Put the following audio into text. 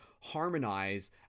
harmonize